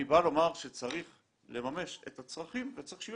אני בא לומר שצריך לממש את הצרכים וצריך שיהיו